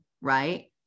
right